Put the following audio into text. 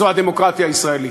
זה הדמוקרטיה הישראלית.